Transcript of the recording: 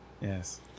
Yes